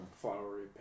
Flowery